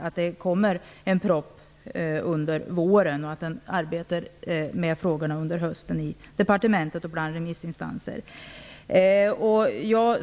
Man skall arbeta med frågorna i departement och remissinstanser i höst, och det skall komma en proposition nästa vår.